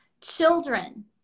children